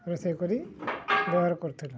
ରୋଷେଇ କରି ବ୍ୟବହାର କରୁଥିଲୁ